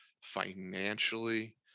financially